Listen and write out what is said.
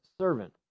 servant